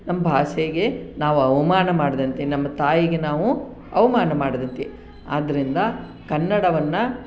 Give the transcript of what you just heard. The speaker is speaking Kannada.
ನಮ್ಮ ಭಾಷೆಗೆ ನಾವು ಅವಮಾನ ಮಾಡಿದಂತೆ ನಮ್ಮ ತಾಯಿಗೆ ನಾವು ಅವಮಾನ ಮಾಡಿದಂತೆ ಆದ್ದರಿಂದ ಕನ್ನಡವನ್ನು